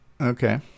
Okay